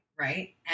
right